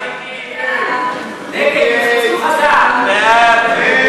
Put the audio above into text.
ההצעה להעביר